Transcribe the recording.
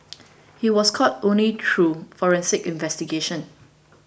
he was caught only through forensic investigations